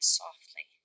softly